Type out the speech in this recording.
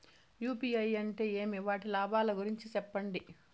UPI అంటే ఏమి? వాటి లాభాల గురించి సెప్పండి?